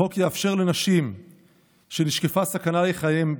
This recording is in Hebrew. החוק יאפשר לנשים שנשקפה סכנה לחייהן,